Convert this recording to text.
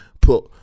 put